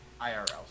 IRL